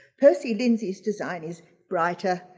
percy lindsey's design is brighter,